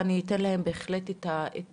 ואני אתן להם את האפשרות